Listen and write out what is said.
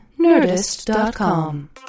Nerdist.com